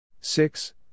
Six